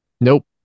Nope